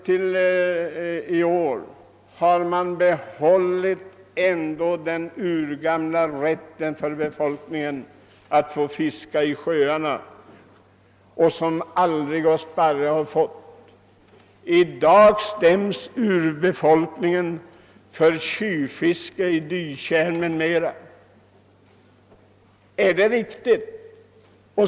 Till i år har man låtit befolkningen behålla sin urgamla rätt att fiska i sjöarna, men nu stäms urbefolkningen för tjuvfiske i bytjärnen. Är det riktigt?